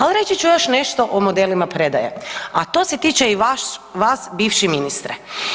Al reći ću još nešto o modelima predaje, a to se tiče i vas bivši ministre.